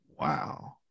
Wow